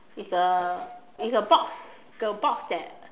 it's a it's a box a box that